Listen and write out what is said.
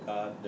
God